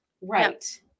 Right